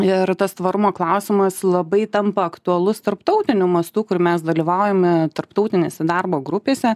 ir tas tvarumo klausimas labai tampa aktualus tarptautiniu mastu kur mes dalyvaujame tarptautinėse darbo grupėse